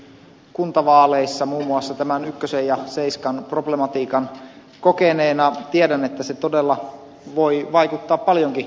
itsekin kuntavaaleissa muun muassa tämän ykkösen ja seiskan problematiikan kokeneena tiedän että se todella voi vaikuttaa paljonkin vaalin tulokseen